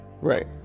Right